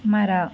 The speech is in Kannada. ಮರ